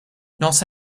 not